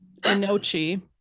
Inochi